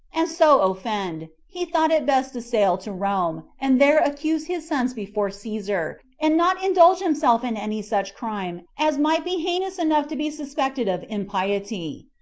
and so offend, he thought it best to sail to rome, and there accuse his sons before caesar, and not indulge himself in any such crime as might be heinous enough to be suspected of impiety.